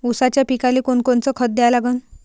ऊसाच्या पिकाले कोनकोनचं खत द्या लागन?